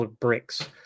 bricks